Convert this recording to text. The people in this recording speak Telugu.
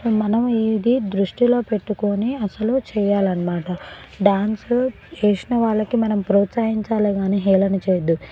మనం ఇది దృష్టిలో పెట్టుకొనే అసలు చేయాలన్నమాట డాన్స్ చేసిన వాళ్ళకి మనం ప్రోత్సహించాలే కానీ హేళన చేయవద్దు